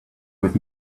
with